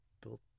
built